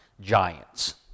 giants